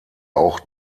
auch